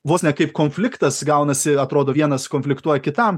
vos ne kaip konfliktas gaunasi atrodo vienas konfliktuoja kitam